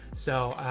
so,